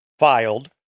Filed